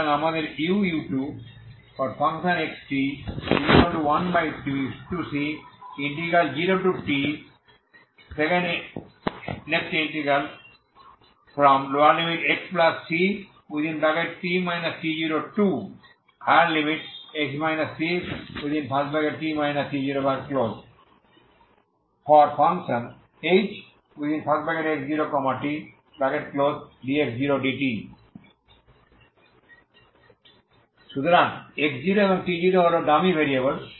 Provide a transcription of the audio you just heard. সুতরাং আমাদের uu2xt12c0txct t0x ct t0hx0t dx0 dt সুতরাং x0এবং t0 হল ডামি ভেরিয়েবল